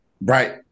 right